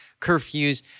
curfews